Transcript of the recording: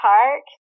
Park